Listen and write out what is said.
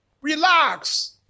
Relax